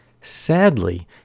Sadly